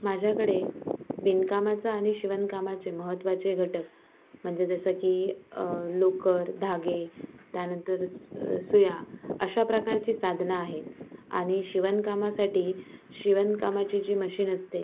माझ्याकडे विणकामाचं आणि शिवणकामाचे महत्त्वाचे घटक म्हणजे जसं की लोकर धागे त्यानंतर स् सुया अशा प्रकारची साधनं आहेत आणि शिवणकामासाठी शिवणकामाची जी मशीन असते